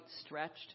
stretched